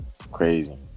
crazy